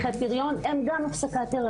אז גם את זה צריך להגיד.